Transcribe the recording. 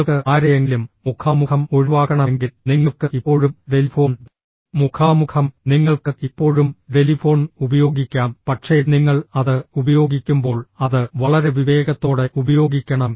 നിങ്ങൾക്ക് ആരെയെങ്കിലും മുഖാമുഖം ഒഴിവാക്കണമെങ്കിൽ നിങ്ങൾക്ക് ഇപ്പോഴും ടെലിഫോൺ മുഖാമുഖം നിങ്ങൾക്ക് ഇപ്പോഴും ടെലിഫോൺ ഉപയോഗിക്കാം പക്ഷേ നിങ്ങൾ അത് ഉപയോഗിക്കുമ്പോൾ അത് വളരെ വിവേകത്തോടെ ഉപയോഗിക്കണം